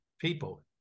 people